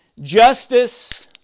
Justice